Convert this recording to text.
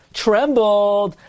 trembled